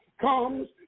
comes